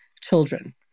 children